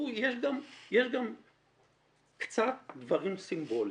יש גם קצת דברים סימבוליים.